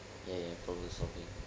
ya ya problem solving